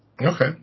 Okay